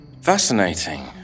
Fascinating